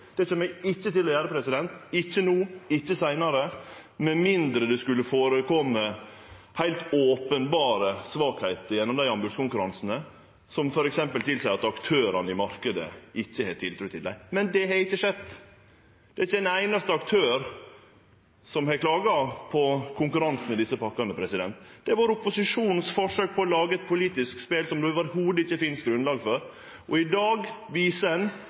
Det kjem eg ikkje til å gjere – ikkje no, ikkje seinare – med mindre det skulle kome fram heilt openberre svakheiter gjennom dei anbodskonkurransane, som f.eks. tilseier at aktørane i marknaden ikkje har tiltru til dei. Men det har ikkje skjedd. Det er ikkje ein einaste aktør som har klaga på konkurransen i desse pakkene. Det har berre vore forsøk frå opposisjonen på å lage eit politisk spel som det i det heile ikkje finst grunnlag for, og i dag viser ein